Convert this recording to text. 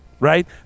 right